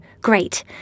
Great